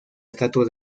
estatua